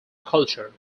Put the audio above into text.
culture